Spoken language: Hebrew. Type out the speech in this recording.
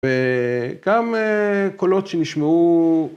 ‫וגם קולות שנשמעו...